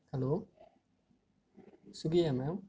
hello ஸுகியாண்ணே